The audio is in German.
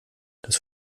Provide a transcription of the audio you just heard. das